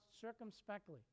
circumspectly